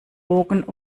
bogen